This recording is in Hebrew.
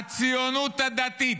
הציונות הדתית.